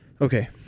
okay